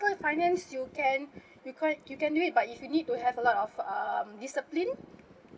personal finance you can you can you can do it but if you need to have a lot of um discipline